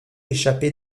échappée